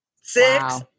Six